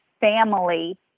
family